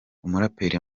umuraperi